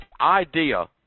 idea